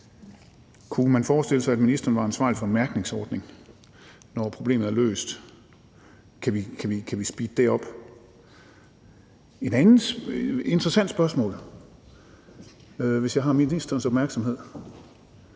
Kunne man forestille sig, at ministeren var ansvarlig for en mærkningsordning, når problemet er løst? Kan vi speede det op? Et andet interessant spørgsmål, hvis jeg har ministerens opmærksomhed,